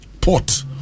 Port